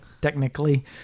technically